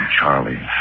Charlie